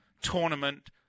tournament